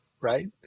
right